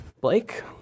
Blake